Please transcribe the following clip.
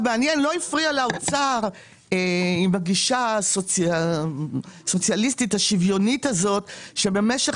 לא הפריע לאוצר עם הגישה הסוציאליסטית השוויונית הזאת שבמשך